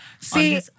See